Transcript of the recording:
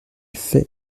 fait